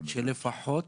שלפחות